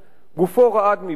גופו רעד מבכי.